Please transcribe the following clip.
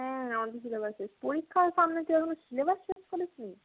হ্যাঁ আমাদের সিলেবাস শেষ পরীক্ষা সামনে তুই এখনও সিলেবাস শেষ করিসনি